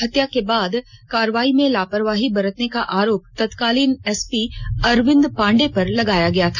हत्या के बाद कारवाई में लापरवाही बरतने का आरोप तत्कालीन एसपी अरविंद पांडे पर लगाया था